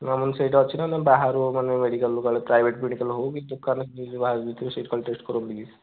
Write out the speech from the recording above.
ନାଁ ସେଇଠି ଅଛିନା ବାହାରୁ ମାନେ ମେଡ଼ିକାଲରୁ କାଳେ ପ୍ରାଇଭେଟ୍ ମେଡ଼ିକାଲ ହେଉ କି ଦୋକାନ କି ବାହାରେ ଯେଉଁଠି ଥିବ ସେଠି ଟେଷ୍ଟ କରନ୍ତି କି